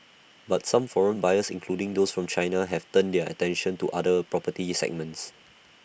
but some foreign buyers including those from China have turned their attention to other property segments